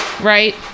right